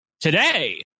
today